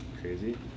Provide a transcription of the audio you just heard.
crazy